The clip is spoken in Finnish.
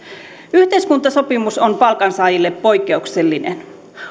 yhteiskuntasopimus on palkansaajille poikkeuksellinen